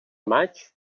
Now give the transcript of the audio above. maig